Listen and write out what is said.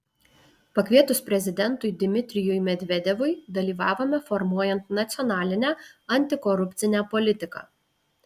pakvietus prezidentui dmitrijui medvedevui dalyvavome formuojant nacionalinę antikorupcinę politiką